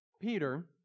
Peter